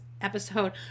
episode